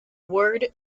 word